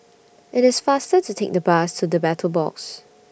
IT IS faster to Take The Bus to The Battle Box